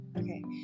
okay